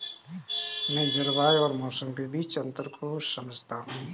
मैं जलवायु और मौसम के बीच अंतर को समझता हूं